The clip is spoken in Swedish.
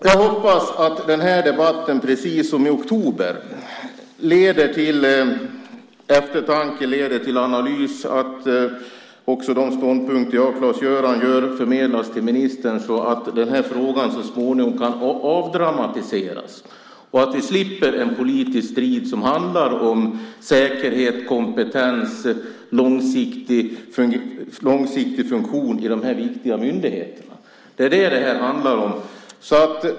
Jag hoppas att den här debatten, precis som den i oktober, leder till eftertanke och analys och att de ståndpunkter som Claes-Göran och jag intar förmedlas till ministern så att den här frågan så småningom kan avdramatiseras. Jag hoppas att vi slipper en politisk strid som handlar om säkerhet, kompetens och långsiktig funktion i de här viktiga myndigheterna. Det är detta det här handlar om.